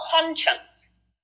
conscience